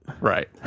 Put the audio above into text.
right